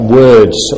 words